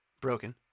Broken